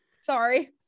Sorry